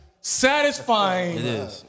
satisfying